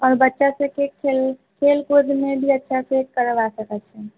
आओर बच्चासभके खेल खेल कूदमे भी अच्छासँ करबा सकैत छियनि